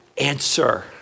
answer